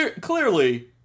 clearly